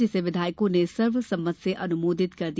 जिसे विधायकों ने सर्वसम्मत से अनुमोदित कर दिया